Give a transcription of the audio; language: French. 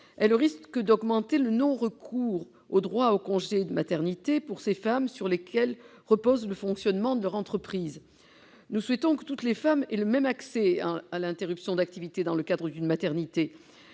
elle risque d'augmenter le non-recours au droit au congé de maternité par ces femmes, sur lesquelles repose le fonctionnement de leur entreprise. Nous souhaitons que toutes les femmes puissent accéder de la même manière à l'interruption d'activité lors d'une maternité,